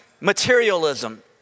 materialism